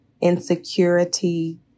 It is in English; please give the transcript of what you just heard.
insecurity